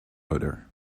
odour